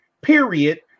period